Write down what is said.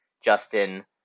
Justin